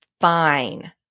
fine